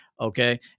Okay